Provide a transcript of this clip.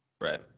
Right